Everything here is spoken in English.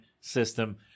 system